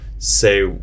say